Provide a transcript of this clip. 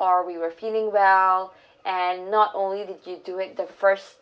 or we were feeling well and not only did you do it the first